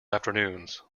afternoons